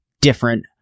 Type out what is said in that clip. different